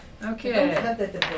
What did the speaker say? Okay